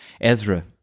Ezra